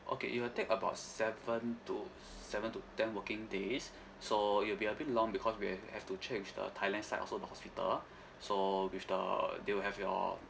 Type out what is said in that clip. okay it will take about seven to seven to ten working days so it will be a bit long because we ha~ have to check with the thailand side also the hospital so with the they will have your